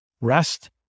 Rest